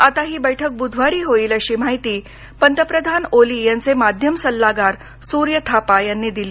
आता ही बैठक बुधवारी होईल अशी माहिती पंतप्रधान ओली यांचे माध्यम सल्लागार सूर्य थापा यांनी दिली